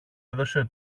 έδωσε